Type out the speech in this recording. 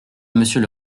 monsieur